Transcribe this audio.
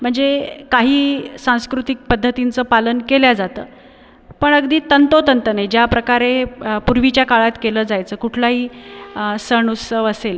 म्हणजे काही सांस्कृतिक पद्धतींचं पालन केले जातं पण अगदी तंतोतंत नाही ज्याप्रकारे पूर्वीच्या काळात केलं जायचं कुठलाही सण उत्सव असेल